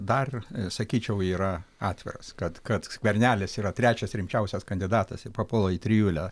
dar sakyčiau yra atviras kad kad skvernelis yra trečias rimčiausias kandidatas ir papuola į trijulę